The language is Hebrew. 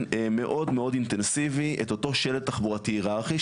מאוד מאוד אינטנסיבי את אותו שלד תחבורתי הירארכי,